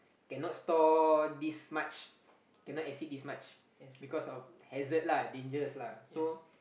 cannot store this much cannot exceed this much because hazard lah dangers lah so